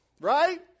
Right